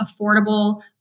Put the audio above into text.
affordable